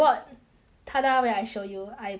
ta-da wait I show you I bought